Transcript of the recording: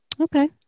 Okay